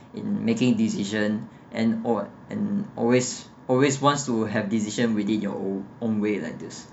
in making decision and al~ !wah! and always always want to have decision within your own way like this